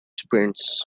sprints